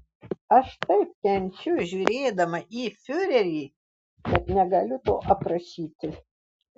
aš taip kenčiu žiūrėdama į fiurerį kad negaliu to aprašyti